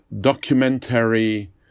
documentary